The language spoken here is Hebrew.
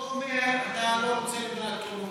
אתה אומר שאתה לא רוצה מדינת כל לאומיה,